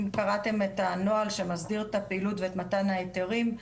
אם קראתם את הנוהל שמסדיר את הפעילות ואת מתן ההיתרים,